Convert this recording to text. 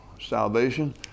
salvation